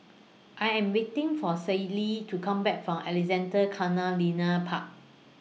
I Am waiting For Shaylee to Come Back from Alexandra Canal Linear Park